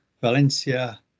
Valencia